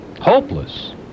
Hopeless